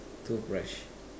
toothbrush